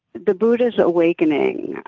the buddha's awakening yeah